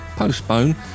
postpone